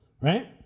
right